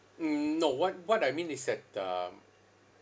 mm no what what I mean is that um